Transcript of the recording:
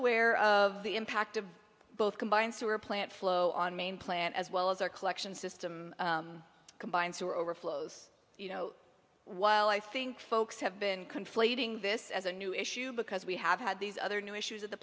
aware of the impact of both combined sewer plant flow on main plant as well as our collection system combined sewer overflows you know while i think folks have been conflating this as a new issue because we have had these other new issues at the